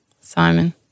Simon